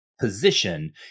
position